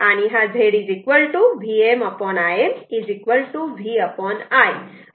Z Vm Im V I असे आहे